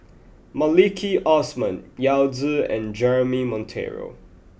Maliki Osman Yao Zi and Jeremy Monteiro